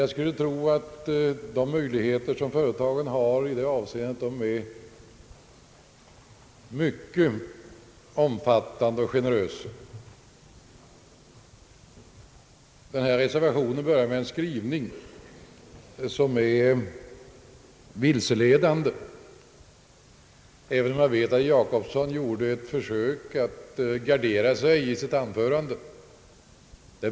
Jag skulle emellertid tro att företagens möjligheter att erhålla ersättning för sådan verksamhet är mycket omfattande och generösa. Reservationen börjar med en vilseledande mening, men herr Gösta Jacobsson gjorde ett försök att gardera sig i sitt anförande.